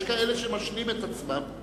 יש כאלה שמשלים את עצמם.